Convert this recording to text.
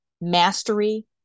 mastery